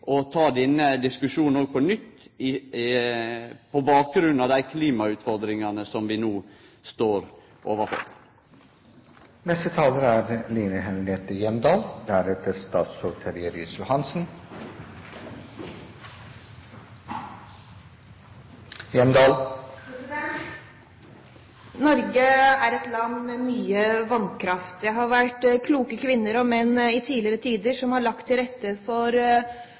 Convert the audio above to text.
ta denne diskusjonen på nytt på bakgrunn av dei klimautfordringane som vi no står overfor. Norge er et land med mye vannkraft. Det har vært kloke kvinner og menn i tidligere tider som har lagt til rette for